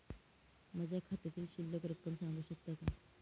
माझ्या खात्यातील शिल्लक रक्कम सांगू शकता का?